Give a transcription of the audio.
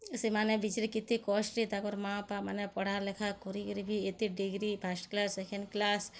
ସେମାନେ ବିଚ୍ରେ କେତେ କଷ୍ଟରେ ତାଙ୍କର୍ ମା ବାପା ମାନେ ପଢ଼ାଲେଖା କରି କରିବି ଏତେ degree first class second class